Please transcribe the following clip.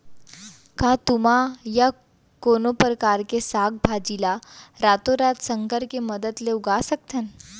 का तुमा या कोनो परकार के साग भाजी ला रातोरात संकर के मदद ले उगा सकथन?